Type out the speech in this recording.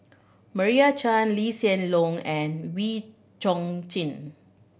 Meira Chand Lee Hsien Loong and Wee Chong Jin